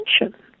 attention